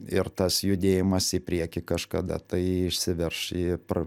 ir tas judėjimas į priekį kažkada tai išsiverš į pr